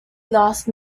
lost